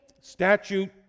statute